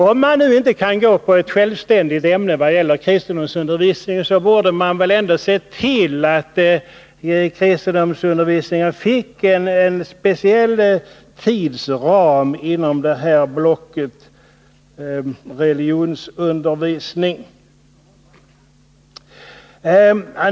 Om man inte kan göra kristendom till ett självständigt ämne, borde man ändå kunna se till att kristendomsundervisningen fick en speciell tidsram inom blocket religionsundervisning.